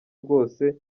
rwose